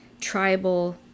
tribal